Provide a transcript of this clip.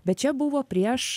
bet čia buvo prieš